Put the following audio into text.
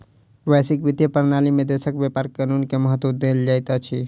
वैश्विक वित्तीय प्रणाली में देशक व्यापार कानून के महत्त्व देल जाइत अछि